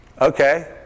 Okay